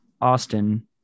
Austin